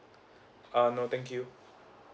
err no thank you